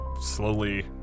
slowly